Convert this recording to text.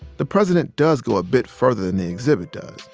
the president does go a bit further than the exhibit does.